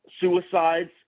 suicides